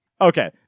Okay